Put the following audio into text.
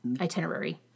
itinerary